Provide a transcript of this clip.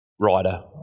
writer